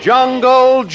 Jungle